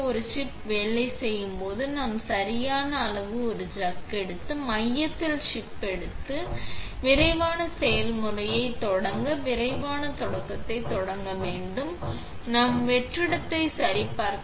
ஒரு சிப் வேலை போது நாம் சரியான அளவு ஒரு சக் எடுத்து மையத்தில் சிப் எடுத்து மூடி மூடி விரைவான செயல்முறை தொடங்க விரைவான தொடக்கத்தை தொடங்க நாம் வெற்றிடத்தை சரி என்று சரிபார்க்க